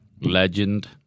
legend